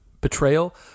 betrayal